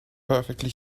perfectly